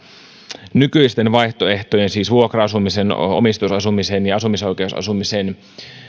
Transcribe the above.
nykyisten vaihtoehtojen siis vuokra asumisen omistusasumisen ja asumisoikeusasumisen